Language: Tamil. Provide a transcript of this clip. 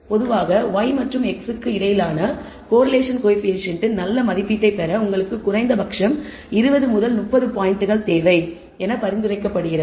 பொதுவாக y மற்றும் x க்கு இடையிலான கோரிலேஷன் கோயபிசியன்ட் இன் நல்ல மதிப்பீட்டைப் பெற உங்களுக்கு குறைந்தபட்சம் 20 30 பாயிண்ட்கள் தேவை என்று பொதுவாக பரிந்துரைக்கப்படுகிறது